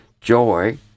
Joy